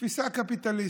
תפיסה קפיטליסטית,